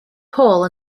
paul